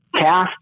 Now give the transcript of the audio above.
cast